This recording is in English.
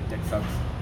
that sucks